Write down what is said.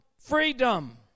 freedom